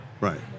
Right